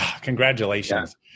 Congratulations